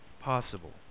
possible